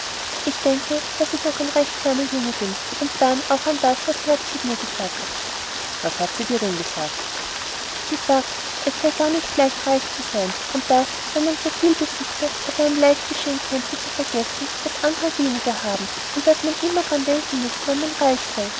ich denke daß ich doch noch ein recht kleiner junge bin und dann auch an das was herzlieb mir gesagt hat was hat sie dir denn gesagt sie sagt es sei gar nicht leicht reich zu sein und daß wenn man so viel besitze es einem leicht geschehen könne zu vergessen daß andre weniger haben und daß man daran immer denken müsse wenn man reich sei